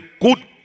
good